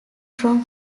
from